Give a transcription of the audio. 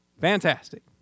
Fantastic